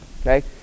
Okay